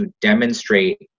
demonstrate